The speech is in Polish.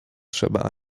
trzeba